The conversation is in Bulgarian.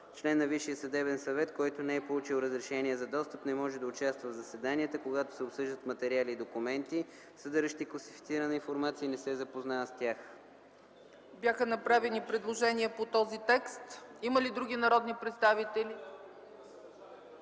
Член на Висшия съдебен съвет, който не е получил разрешение за достъп, не може да участва в заседанията, когато се обсъждат материали и документи, съдържащи класифицирана информация, и не се запознава с тях.” ПРЕДСЕДАТЕЛ ЦЕЦКА ЦАЧЕВА: Има направени предложения по този текст. Има ли други народни представители,